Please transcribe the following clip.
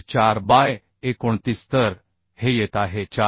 4 by 29 तर हे येत आहे 4